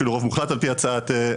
אפילו רוב מוחלט על פי הצעת היושב-ראש,